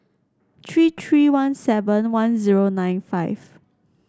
tree tree one seven one zero nine five